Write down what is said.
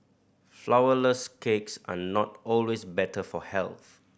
flourless cakes are not always better for health